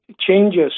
changes